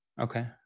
okay